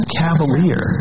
cavalier